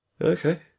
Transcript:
Okay